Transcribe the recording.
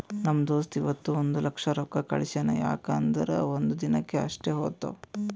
ನಮ್ ದೋಸ್ತ ಇವತ್ ಒಂದ್ ಲಕ್ಷ ರೊಕ್ಕಾ ಕಳ್ಸ್ಯಾನ್ ಯಾಕ್ ಅಂದುರ್ ಒಂದ್ ದಿನಕ್ ಅಷ್ಟೇ ಹೋತಾವ್